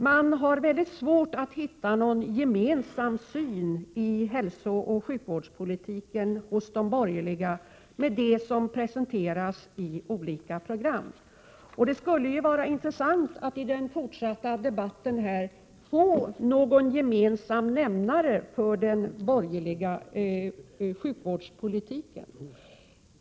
Det är mycket svårt att finna en gemensam syn i hälsooch sjukvårdspolitiken hos de borgerliga partierna av det som presenteras i olika program. Det skulle vara intressant att i den fortsatta debatten få en gemensam nämnare för den borgerliga sjukvårdspolitiken.